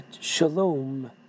shalom